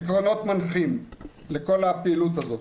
עקרונות מנחים לכל הפעילות הזאת,